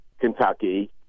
Kentucky